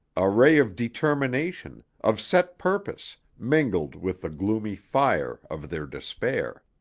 a ray of determination, of set purpose, mingled with the gloomy fire of their despair.